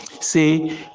Say